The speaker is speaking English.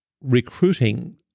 recruiting